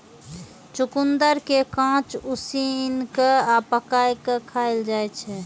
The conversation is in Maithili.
चुकंदर कें कांच, उसिन कें आ पकाय कें खाएल जाइ छै